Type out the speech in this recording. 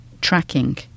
tracking